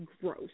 gross